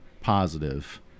positive